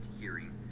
hearing